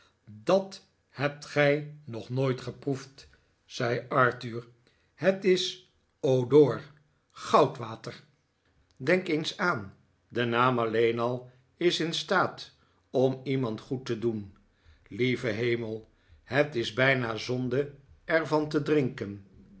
dat hebt gij nog nooit geproefd zei arthur het is eau d'or goudwater denk eens aan de naam alleen al is in staat om iemand goed te doen lieve hemel het is bijna zonde er van te drinken